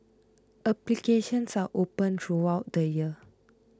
applications are open throughout the year